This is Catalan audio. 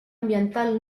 ambiental